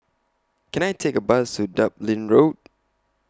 Can I Take A Bus to Dublin Road